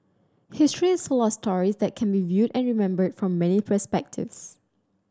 history is full of stories that can be viewed and remembered from many perspectives